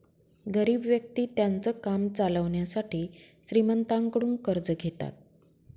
गरीब व्यक्ति त्यांचं काम चालवण्यासाठी श्रीमंतांकडून कर्ज घेतात